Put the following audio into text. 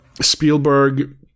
Spielberg